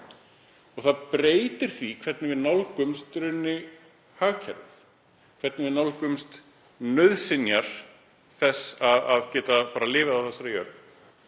Það breytir því hvernig við nálgumst hagkerfið, hvernig við nálgumst nauðsyn þess að geta lifað á þessari jörð